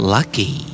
Lucky